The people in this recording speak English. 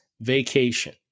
vacation